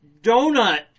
donut